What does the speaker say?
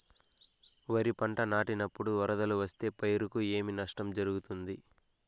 వరిపంట నాటినపుడు వరదలు వస్తే పైరుకు ఏమి నష్టం జరుగుతుంది?